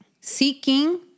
seeking